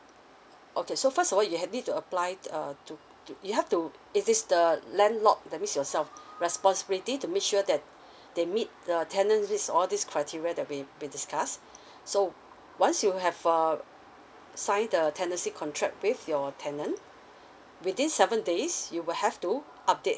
okay so first of all you have need to apply uh to to you have to it is the landlord that means yourself responsibility to make sure that they meet the tenants meet all this criteria the we've been discussed so once you have uh sign the tendency contract with your tenant within seven days you will have to update